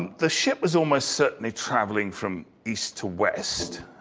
the ship was almost certainly traveling from east to west,